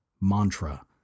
mantra